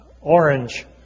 orange